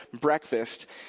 breakfast